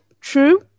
true